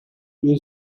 new